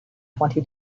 twenty